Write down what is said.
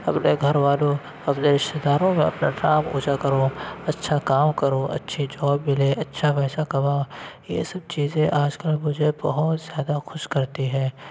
اپنے گھر والوں اپنے رشتہ داروں میں اپنا نام اونچا کروں اچھا کام کروں اچھی جاب ملے اچھا پیسہ کماؤں یہ سب چیزیں آج کل مجھے بہت زیادہ خوش کرتی ہے